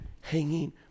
hanging